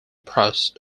prost